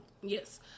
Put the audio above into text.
Yes